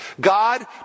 God